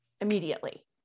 immediately